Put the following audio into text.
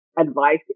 advice